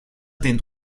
den